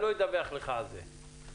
אני לא אדווח לך על זה.